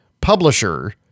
publisher